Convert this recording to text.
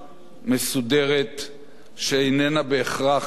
שאיננה בהכרח בגוני שחור ולבן.